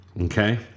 Okay